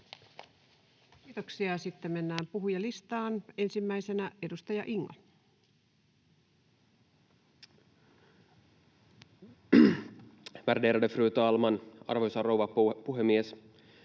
Kiitoksia. — Ja sitten mennään puhujalistaan. — Ensimmäisenä edustaja Ingo. Värderade fru talman, arvoisa rouva puhemies!